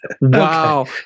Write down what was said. Wow